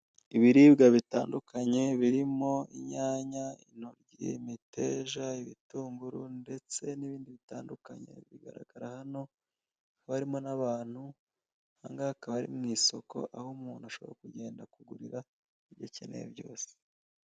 Ibiribwa bitandukanye birimo inyanya, intoryi, imiteja, ibitunguru ndetse n'ibindi bitandukanye biri kugaragara hano, hakaba harimo n'abantu aha ngaha akaba ari mu isoko aho umuntu ashobora kugenda akagurira ibyo akeneye byose.